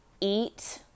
eat